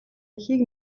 ихийг